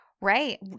Right